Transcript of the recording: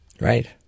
Right